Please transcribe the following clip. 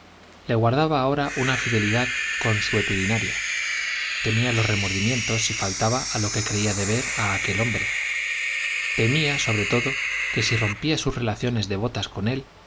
le guardaba ahora una fidelidad consuetudinaria temía los remordimientos si faltaba a lo que creía deber a aquel hombre temía sobre todo que si rompía sus relaciones devotas con él